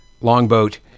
Longboat